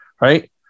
right